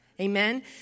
Amen